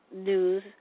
news